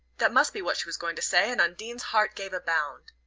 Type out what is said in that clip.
that must be what she was going to say, and undine's heart gave a bound.